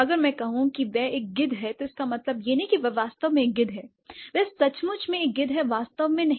अगर मैं कहूं कि वह एक गिद्ध है तो इसका मतलब यह नहीं है कि वह वास्तव में एक गिद्ध है वह सचमुच एक गिद्ध है वास्तव में नहीं